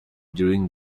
during